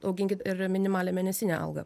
auginkit ir minimalią mėnesinę algą